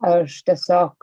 aš tiesiog